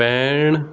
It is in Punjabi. ਪੈਣ